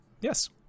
Yes